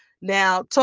Now